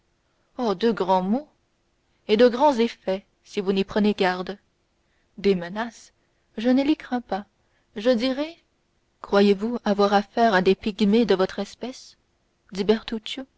oh de grands mots et de grands effets si vous n'y prenez garde des menaces je ne les crains pas je dirai croyez-vous avoir affaire à des pygmées de votre espèce